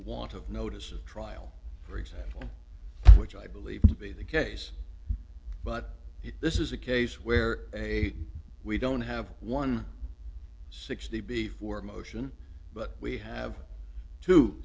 want of notice of trial for example which i believe to be the case but this is a case where a we don't have one sixty before motion but we have two